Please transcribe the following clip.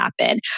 happen